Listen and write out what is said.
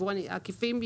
העקיפים,